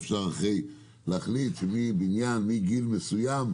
אפשר להחליט שבניין מגיל מסוים,